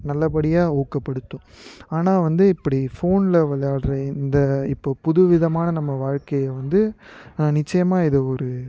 நல்லபடியாக ஊக்கப்படுத்தும் ஆனால் வந்து இப்படி ஃபோனில் விளாடுற இந்த இப்போது புது விதமான நம்ம வாழ்க்கையை வந்து நிச்சயமாக இது ஒரு